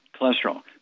cholesterol